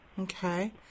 Okay